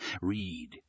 Read